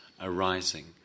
arising